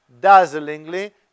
dazzlingly